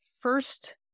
first